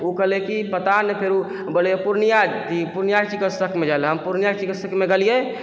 ओ कहलकै कि पता नहि फेरो बोलय यऽ पूर्णिया पूर्णियाके चिकित्सकमे जाइ लए हम पूर्णियाके चिकित्सकमे गेलियै